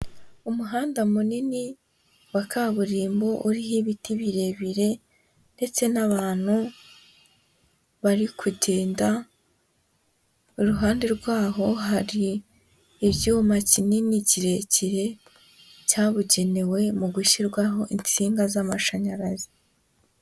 Umuhanda munini wa kaburimbo uriho ibiti birebire ndetse n'abantu bari kugenda, iruhande rwaho hari icyuma kinini kirekire cyabugenewe mu gushyirwaho insinga z'amashanyarazi.